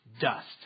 Dust